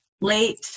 late